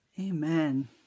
Amen